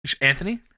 Anthony